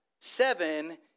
seven